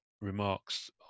remarks